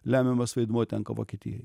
lemiamas vaidmuo tenka vokietijai